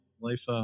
life